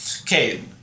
Okay